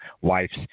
wife's